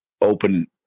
open